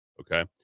Okay